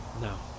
no